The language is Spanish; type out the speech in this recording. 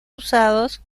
usados